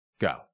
go